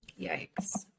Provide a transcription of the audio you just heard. Yikes